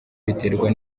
biterwa